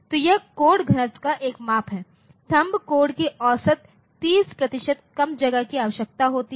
तो यह कोड घनत्व का एक माप है थंब कोड को औसतन 30 प्रतिशत कम जगह की आवश्यकता है